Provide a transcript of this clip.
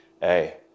hey